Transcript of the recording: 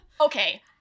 Okay